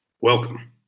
Welcome